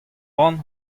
ran